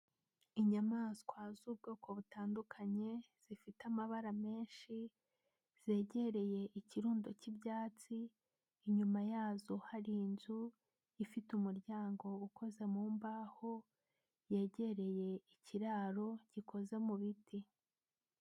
Inyamaswa z'ubwoko butandukanye zifite amabara menshi zegereye ikirundo cy'ibyatsi, inyuma yazo hari inzu ifite umuryango ukoze mu mbaho yegereye ikiraro gikoze mu biti.